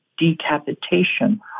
decapitation